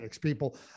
People